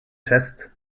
chest